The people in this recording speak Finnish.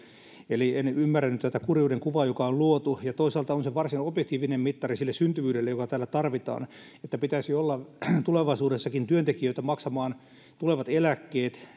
eli en ymmärrä nyt tätä kurjuuden kuvaa joka on luotu toisaalta varsin objektiivinen mittari sille syntyvyydelle joka täällä tarvitaan että pitäisi olla tulevaisuudessakin työntekijöitä maksamaan tulevat eläkkeet